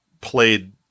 played